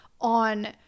on